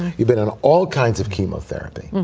you've been on all kinds of chemotherapy,